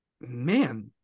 man